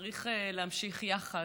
שצריך להמשיך יחד,